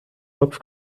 topf